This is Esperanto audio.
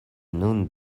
nun